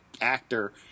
actor